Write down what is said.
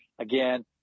Again